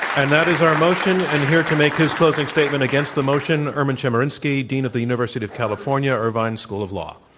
and that is our motion and here to make his closing statement against the motion erwin chemerinsky, dean of the university of california, irvine school of law.